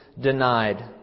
denied